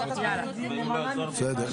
בסדר.